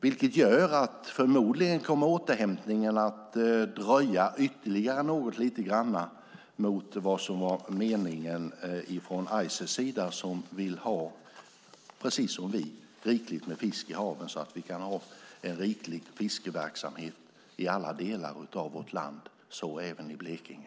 Det gör förmodligen att återhämtningen kommer att dröja ytterligare lite grann mot vad som var meningen från Ices sida, som precis som vi vill ha rikligt med fisk i haven så att vi kan ha en riklig fiskeverksamhet i alla delar av vårt land - så även i Blekinge.